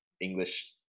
English